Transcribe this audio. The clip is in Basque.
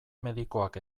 medikoak